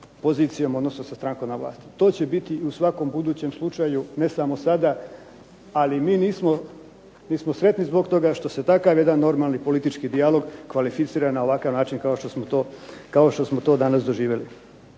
pozicijom, odnosno sa strankom na vlasti. To će biti i u svakom budućem slučaju ne samo sada. Ali mi nismo, mi smo sretni zbog toga što se takav jedan normalni politički dijalog kvalificira na ovakav način kao što smo to danas doživjeli.